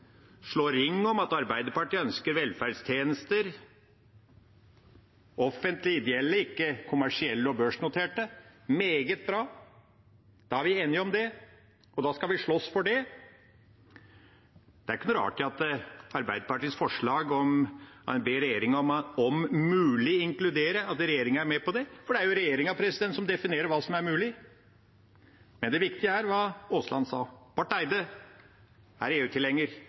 ring om at Arbeiderpartiet ønsker velferdstjenester som er offentlige og ideelle og ikke kommersielle og børsnoterte – meget bra. Da er vi enige om det, og da skal vi slåss for det. Det er ikke noe rart at regjeringa er med på Arbeiderpartiets forslag hvor en ber regjeringa «om mulig inkludere», for det er jo regjeringa som definerer hva som er mulig. Men det viktige er hva Aasland sa. Barth Eide er